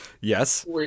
yes